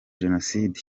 jenoside